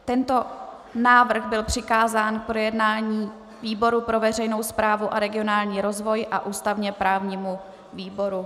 Tento návrh byl přikázán k projednání výboru pro veřejnou správu a regionální rozvoj a ústavněprávnímu výboru.